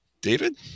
David